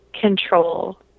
control